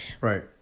Right